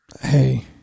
hey